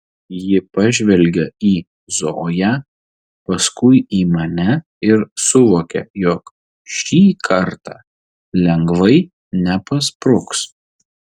ji pažvelgia į zoją paskui į mane ir suvokia jog šį kartą lengvai nepaspruks